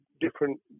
different